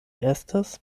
estas